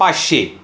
पाचशे